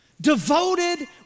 devoted